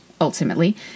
ultimately